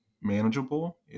manageable